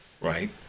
Right